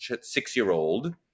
six-year-old